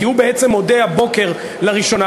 כי הוא בעצם מודה הבוקר לראשונה,